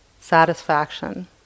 satisfaction